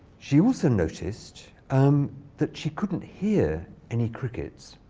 she also noticed um that she couldn't hear any crickets.